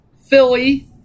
Philly